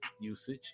usage